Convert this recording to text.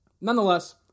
Nonetheless